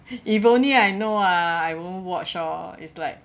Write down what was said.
if only I know ah I won't watch oh it's like